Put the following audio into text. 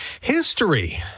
History